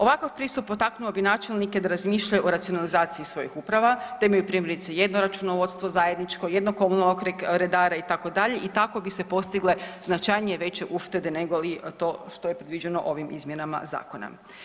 Ovaka pristup potaknuo bi načelnike da razmišljaju o racionalizaciji svojih uprava, da imaju primjerice jedno računovodstvo zajedničko, jednog komunalnog redara itd. i tako bi se postigle značajnije veće uštede nego li to što je predviđeno ovim izmjenama zakona.